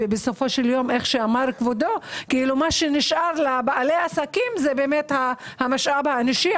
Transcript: ובסופו של יום מה שנשאר לבעלי העסקים זה המשאב האנושי,